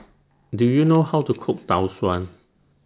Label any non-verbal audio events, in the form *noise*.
*noise* Do YOU know How to Cook Tau Suan